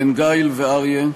בן גאיל ואריה,